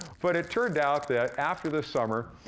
but it turned out that after the summer,